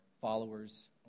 followers